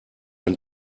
ein